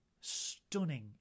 stunning